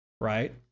right